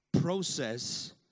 Process